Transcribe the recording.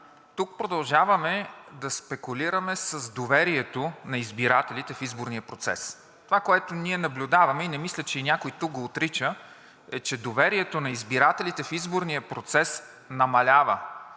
тук продължаваме да спекулираме с доверието на избирателите в изборния процес. Това, което ние наблюдаваме, и не мисля, че някой тук го отрича, е, че доверието на избирателите в изборния процес намалява.